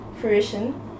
fruition